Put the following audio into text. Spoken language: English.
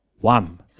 One